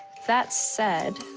that said,